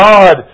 God